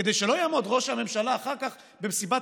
כדי שלא יעמוד ראש הממשלה אחר כך במסיבת